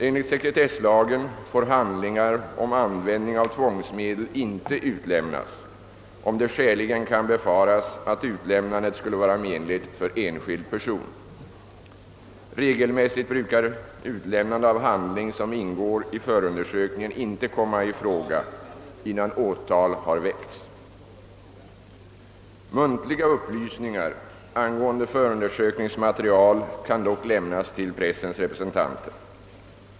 Enligt sekretesslagen får handlingar om användning av tvångsmedel inte utlämnas, om det skäligen kan befaras att utlämnandet skulle vara menligt för enskild person. Regelmässigt brukar utlämnande av handling som ingår i förundersökningen inte komma i fråga innan åtal har väckts. Muntliga upplysningar angående förundersökningsmaterial kan dock lämnas till pressens representanter.